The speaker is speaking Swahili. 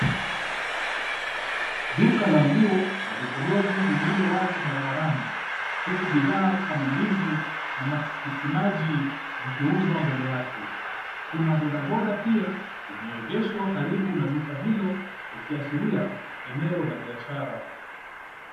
Duka la nguo na vipodozi lililo wazi barbarani, huku bidhaa kama ndizi na matikitimaji zikiuzwa mbele yake. Kuna bodaboda pia imeegeshwa karibu na duka hilo ikiashiria eneo la biashara.